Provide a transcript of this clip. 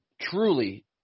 truly